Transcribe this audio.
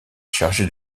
chargé